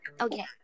okay